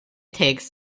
takes